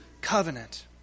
covenant